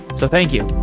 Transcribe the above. thank you